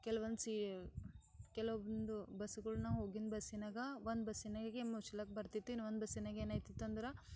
ಕೆಲವೊಂದು ಸೀ ಕೆಲವೊಂದು ಬಸ್ಸುಗಳು ನಾವು ಹೋಗಿದ್ದ ಬಸ್ಸಿನಾಗ ಒಂದು ಬಸ್ಸಿನಾಗೆ ಮುಚ್ಲಿಕ್ಕೆ ಬರ್ತಿದ್ದಿತ್ತು ಇನ್ನೊಂದು ಬಸ್ಸಿನಾಗೆ ಏನಾಯ್ತಿತಂದ್ರೆ